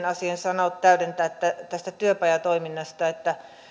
asian sanoa täydentää tästä työpajatoiminnasta